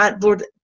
Lord